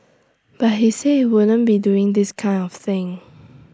but he said he wouldn't be doing this kind of thing